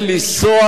ולנסוע,